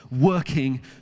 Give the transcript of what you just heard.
working